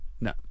No